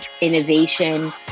innovation